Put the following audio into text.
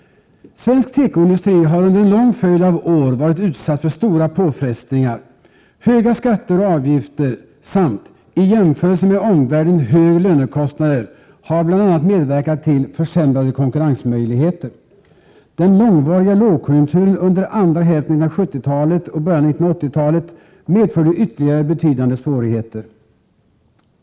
Svensk tekoindustri har under en lång följd av år varit utsatt för stora påfrestningar. Höga skatter och avgifter samt, i jämförelse med omvärlden, högre lönekostnader har bl.a. medverkat till försämrade konkurrensmöjligheter. Den långvariga lågkonjunkturen under andra hälften av 1970-talet och början av 1980-talet medförde ytterligare betydande svårigheter.